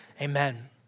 amen